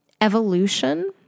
evolution